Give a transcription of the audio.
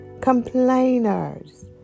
complainers